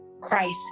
Christ